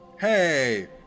Hey